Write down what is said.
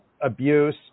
abuse